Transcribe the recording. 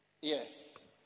Yes